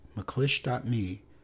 mcclish.me